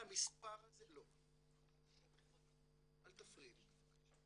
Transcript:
המספר הזה -- ישתבח הבורא --- אל תפריעי לי בבקשה.